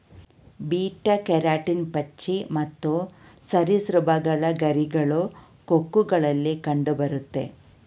beta keratin ಪಕ್ಷಿ ಮತ್ತು ಸರಿಸೃಪಗಳ ಗರಿಗಳು, ಕೊಕ್ಕುಗಳಲ್ಲಿ ಕಂಡುಬರುತ್ತೆ